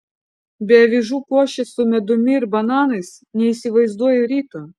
be avižų košės su medumi ir bananais neįsivaizduoju ryto